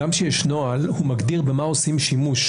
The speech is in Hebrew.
גם כשיש נוהל הוא מגדיר במה עושים שימוש.